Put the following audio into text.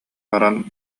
баран